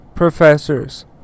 professors